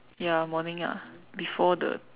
ya morning ah before the